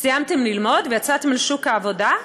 סיימתם ללמוד ויצאתם לשוק העבודה?